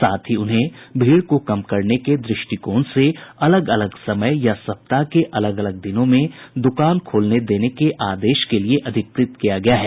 साथ ही उन्हें भीड़ को कम करने के द्रष्टिकोण से अलग अलग समय या सप्ताह के अलग अलग दिनों में दुकान खोलने देने के आदेश के लिये अधिकृत किया गया है